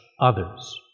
others